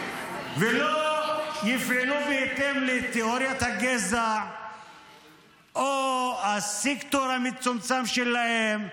ולא יפעלו בהתאם לתיאוריית הגזע או הסקטור המצומצם שלהם,